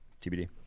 tbd